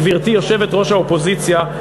גברתי יושבת-ראש האופוזיציה,